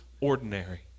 Ordinary